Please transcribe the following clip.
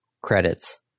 credits